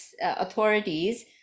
authorities